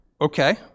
okay